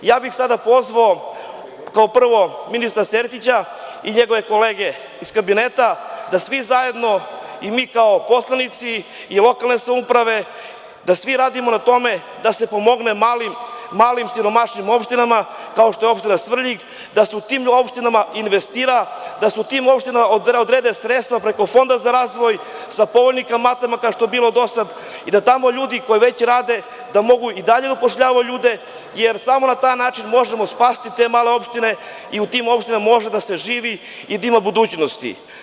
Sada bih pozvao prvo ministra Sertića i njegove kolege iz kabineta da svi zajedno i mi kao poslanici i lokalne samouprave, da svi radimo na tome da se pomogne malim siromašnim opštinama, kao što je opština Svrljig, da se u tim opštinama investira, da se u tim opštinama odrede sredstva preko Fonda za razvoj sa povoljnim kamatama, kao što je bilo do sada i da tamo ljudi koji već rade mogu i dalje da upošljavaju ljude, jer samo na taj način možemo spasiti te male opštine i u tim opštinama može da se živi i da ima budućnosti.